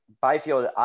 Byfield